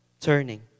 turning